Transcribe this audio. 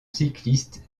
cycliste